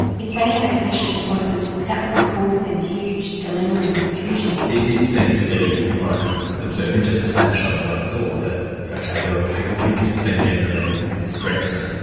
if they had a clash of appointments that would cause them huge dilemma and confusion. there did seem to be, from what i could observe, in just a snapshot of what i saw, that ok, there were people who did seem genuinely stressed,